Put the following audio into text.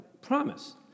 promise